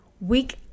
week